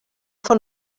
von